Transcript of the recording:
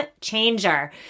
changer